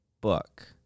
book